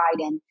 Biden